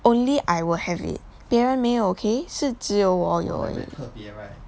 only I will have it 别人没有 okay 是只有我有而已